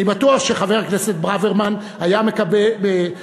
אני בטוח שחבר הכנסת ברוורמן היה מקיים